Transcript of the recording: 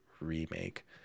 remake